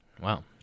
Wow